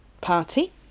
party